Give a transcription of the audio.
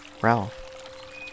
Ralph